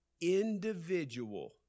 individual